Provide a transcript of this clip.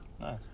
Nice